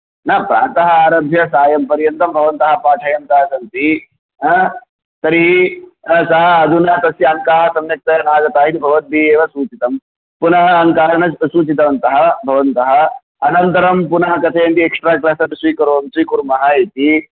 न प्रातः आरभ्य सायं पर्यन्तं भवन्तः पाठयन्तः सन्ति तर्हि सः अधुना तस्य अङ्काः सम्यक्तया नागताः इति भवद्भिः एव सूचितं पुनः अङ्काः न सूचितवन्तः भवन्तः अनन्तरं पुनः कथयन्ति एक्श्ट्रा क्लासस् स्वीकुर्मः इति